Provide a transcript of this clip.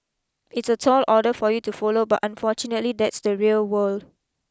it's a tall order for you to follow but unfortunately that's the real world